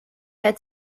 had